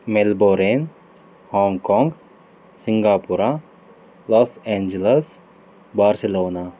Melbourne Hong Kong Singapore Los Angeles Barcelona